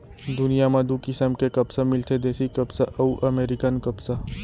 दुनियां म दू किसम के कपसा मिलथे देसी कपसा अउ अमेरिकन कपसा